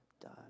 done